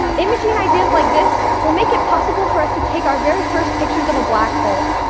imaging ideas like this will make it possible for us to take our very first pictures of a black hole,